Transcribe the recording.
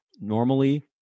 normally